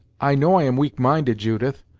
i know i am weak-minded, judith,